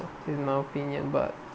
in my opinion but